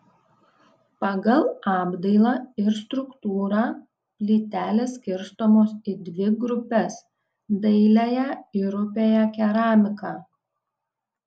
pagal apdailą ir struktūrą plytelės skirstomos į dvi grupes dailiąją ir rupiąją keramiką